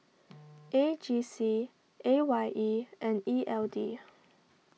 A G C A Y E and E L D